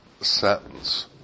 sentence